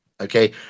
okay